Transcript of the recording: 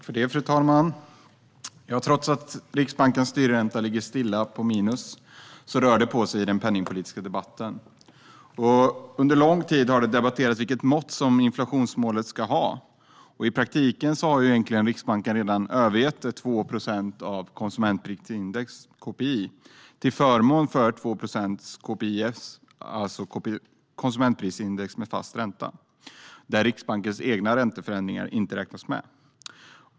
Fru talman! Trots att Riksbankens styrränta ligger stilla på minus rör det på sig i den penningpolitiska debatten. Under lång tid har det debatterats vilket mått inflationsmålet ska ha. I praktiken har Riksbanken egentligen redan övergett målet om 2 procent av konsumentprisindex, KPI, till förmån för 2 procents KPIF, det vill säga konsumentprisindex med fast ränta, där Riksbankens egna ränteförändringar inte räknas med.